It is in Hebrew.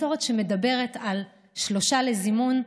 מסורת שמדברת על שלושה לזימון,